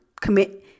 commit